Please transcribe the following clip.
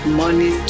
money